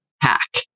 hack